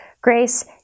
Grace